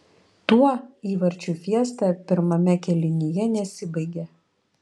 tuo įvarčių fiesta pirmame kėlinyje nesibaigė